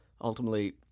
ultimately